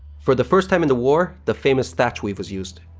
for the first time in the war, the famous thach weave was used,